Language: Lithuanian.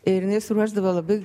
ir jinai suruošdavo labai